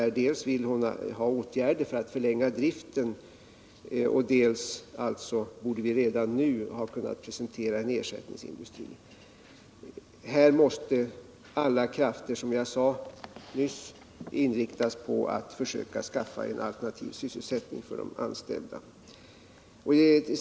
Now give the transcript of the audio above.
Dels vill hon att åtgärder skall vidtas för att förlänga driften, dels borde vi enligt hennes mening redan nu ha kunnat presentera en ersättningsindustri. Här måste, som jag sade nyss, alla krafter inriktas på att försöka skaffa en alternativ sysselsättning för de anställda.